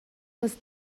was